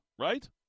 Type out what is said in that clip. right